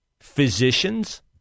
physicians